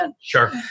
Sure